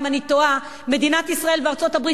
אם אני טועה: מדינת ישראל וארצות-הברית